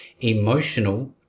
emotional